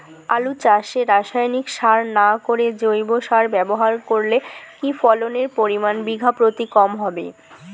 আলু চাষে রাসায়নিক সার না করে জৈব সার ব্যবহার করলে কি ফলনের পরিমান বিঘা প্রতি কম হবে?